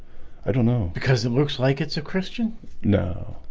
i don't know because it looks like it's a christian no